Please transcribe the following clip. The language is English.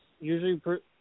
usually